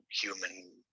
human